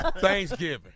Thanksgiving